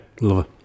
love